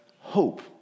hope